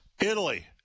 Italy